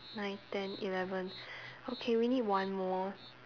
nine ten eleven okay we need one more